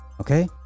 okay